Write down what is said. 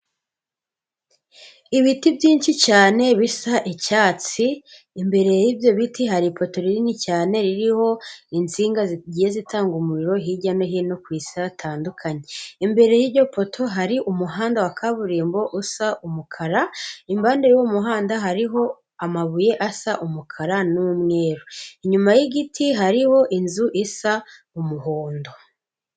Ibiti byinshi cyane bisa icyatsi, imbere y'ibyo biti hari ipoto rinini cyane ririho insinga zigiye zitanga umuriro hirya no hino ku isi hatandukanye. Imbere yiryo poto hari umuhanda wa kaburimbo usa umukara, impande y'uwo umuhanda hariho amabuye asa umukara n'umweru, inyuma y'igiti hariho inzu isa umuhondo.